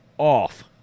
off